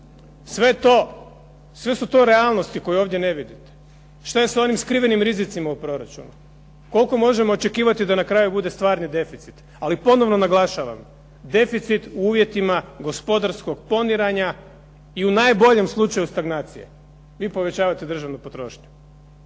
plaće? Sve su to realnosti koje ovdje ne vidite. Što je s onim skrivenim rizicima u proračunu, koliko možemo očekivati da na kraju bude stvarni deficit, ali ponovno naglašavam, deficit u uvjetima gospodarskog poniranja i u najboljem slučaju stagnacije vi povećavate državnu potrošnju,